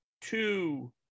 two